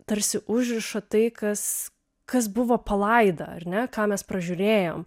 tarsi užriša tai kas kas buvo palaida ar ne ką mes pražiūrėjom